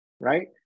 right